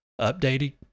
updating